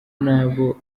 n’abo